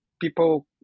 people